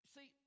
See